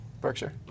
Berkshire